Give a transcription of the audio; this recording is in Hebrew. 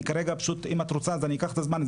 אני כרגע פשוט אם את רוצה אז אני אקח את הזמן.